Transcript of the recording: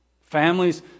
Families